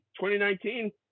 2019